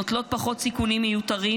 נוטלות פחות סיכונים מיותרים,